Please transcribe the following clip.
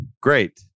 great